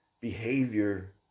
behavior